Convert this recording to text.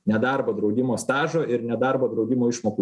nedarbo draudimo stažo ir nedarbo draudimo išmokų